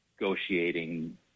negotiating